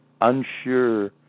unsure